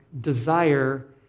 desire